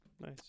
nice